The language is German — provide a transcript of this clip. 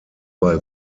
bei